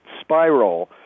spiral